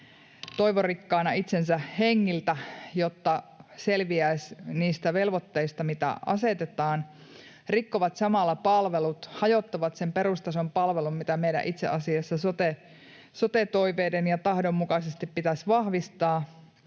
toivorikkaina itsensä hengiltä, jotta selviäisivät niistä velvoitteista, mitä asetetaan — rikkovat samalla palvelut, hajottavat sen perustason palvelun, mitä meidän itse asiassa sote-toiveiden ja ‑tahdon mukaisesti pitäisi vahvistaa